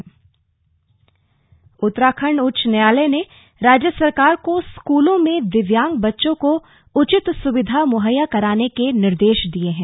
उच्च न्यायालय उत्तराखण्ड उच्च न्यायालय ने राज्य सरकार को स्कूलों में दिव्यांग बच्चों को उचित सुविधा मुहैया कराने के निर्देश दिए हैं